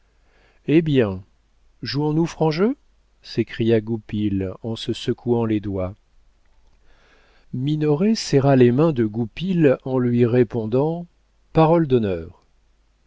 eh bien jouons nous franc jeu s'écria goupil en se secouant les doigts minoret serra les mains de goupil en lui répondant parole d'honneur